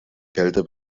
kälte